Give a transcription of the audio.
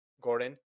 Gordon